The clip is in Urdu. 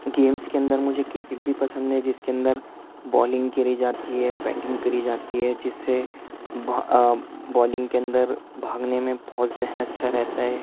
گیمس کے اندر مجھے کرکٹ بھی پسند ہے جس کے اندر بولنگ کری جاتی ہے بیٹنگ کری جاتی ہے جس سے بالنگ کے اندر بھاگنے میں بہت ذہن اچھا رہتا ہے